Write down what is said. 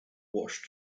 washed